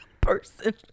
person